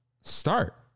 start